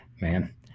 Man